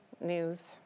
news